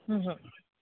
हम्म हम्म